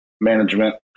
management